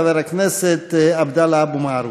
חבר הכנסת עבדאללה אבו מערוף.